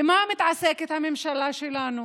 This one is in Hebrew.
במה מתעסקת הממשלה שלנו?